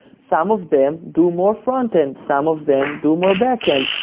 some of them do more frontend. some of them do more backend.